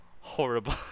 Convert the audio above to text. horrible